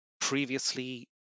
Previously